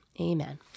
Amen